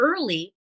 early